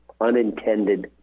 unintended